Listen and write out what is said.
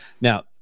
Now